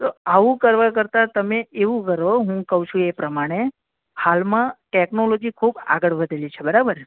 તો આવું કરવા કરતાં તમે એવું કરો હું કહું છું એ પ્રમાણે હાલમાં ટેકનોલોજી ખૂબ આગળ વધેલી છે બરાબર